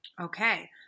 okay